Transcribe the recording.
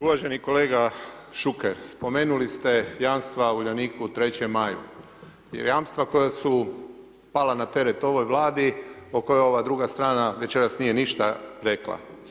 Uvaženi kolega Šuker, spomenuli ste jamstva Uljaniku, 3. maju, jer jamstva koja su pala na teret ovoj Vladi o kojoj ova druga strana večeras nije ništa rekla.